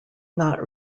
not